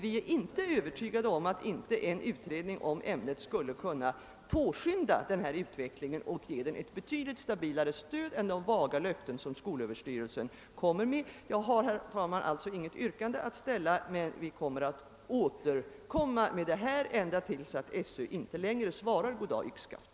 Vi är inte övertygade om att inte en utredning av ämnet ytterligare skulle kunna påskynda utvecklingen och ge ett betydligt stabilare stöd än de vaga löften som skolöverstyrelsen ger. Jag har, herr talman, intet yrkande att ställa, men vi ämnar återkomma i denna fråga tills skolöverstyrelsen inte längre svarar god dag — yxskaft.